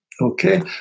Okay